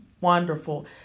Wonderful